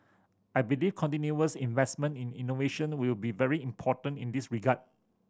I believe continuous investment in innovation will be very important in this regard